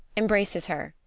embraces her.